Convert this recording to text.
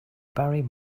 barry